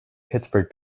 pittsburgh